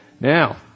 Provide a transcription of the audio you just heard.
Now